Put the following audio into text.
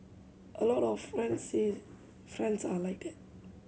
a lot of friends friends are like that